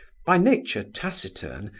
by nature taciturn,